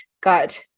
got